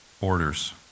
orders